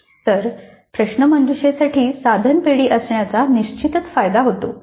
तर प्रश्नमंजुषेसाठी साधन पेढी असण्याचा निश्चित फायदा आहे